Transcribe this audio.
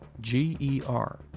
G-E-R